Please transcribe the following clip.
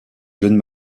jeunes